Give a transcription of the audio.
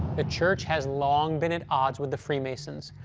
the church has long been at odds with the freemasons.